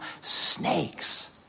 snakes